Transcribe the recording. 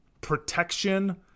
protection